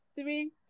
three